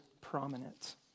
prominent